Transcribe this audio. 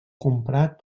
comprat